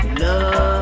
love